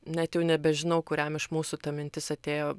net jau nebežinau kuriam iš mūsų ta mintis atėjo